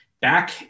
back